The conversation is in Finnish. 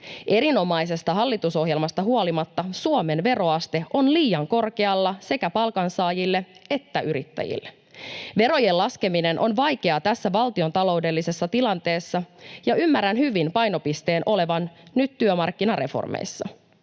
Erinomaisesta hallitusohjelmasta huolimatta Suomen veroaste on liian korkealla sekä palkansaajille että yrittäjille. Verojen laskeminen on vaikeaa tässä valtion taloudellisessa tilanteessa, ja ymmärrän hyvin painopisteen olevan nyt työmarkkinareformeissa.